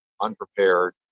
unprepared